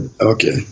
okay